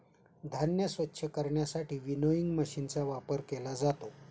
धान्य स्वच्छ करण्यासाठी विनोइंग मशीनचा वापर केला जातो